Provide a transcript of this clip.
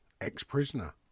ex-prisoner